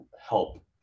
help